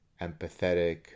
empathetic